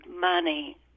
money